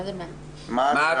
מה"ט